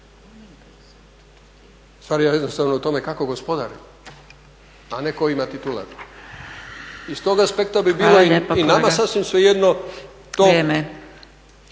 vlada. Ustvari … kako gospodari, a ne tko ima titular. Iz tog aspekta bi bilo i nama sasvim svejedno to